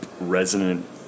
resonant